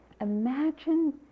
imagine